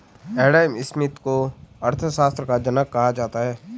Adam Smith को अर्थशास्त्र का जनक कहा जाता है